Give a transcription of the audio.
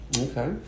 okay